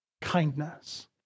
kindness